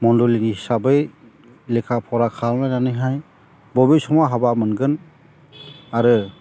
मन्दलनि हिसाबै लेखा फरा खालामलायनानैहाय बबे समाव हाबा मोनगोन आरो